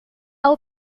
will